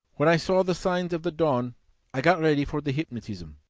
when i saw the signs of the dawn i got ready for the hypnotism.